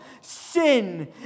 sin